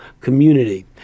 community